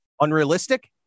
unrealistic